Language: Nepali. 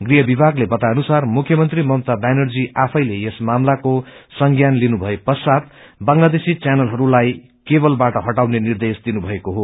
गृह विभागले बताए अनुसार मुख्यमंत्री ममता व्यानर्जीले आफैले यस मामलाको संज्ञान लिनुभए पश्वात बंगलादेशी चैनलहस्लाइ केवलबाट हठटाउने निर्देश दिनुमएको हो